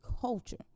culture